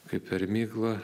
kaip per miglą